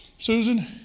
Susan